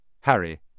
Harry